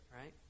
right